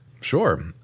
Sure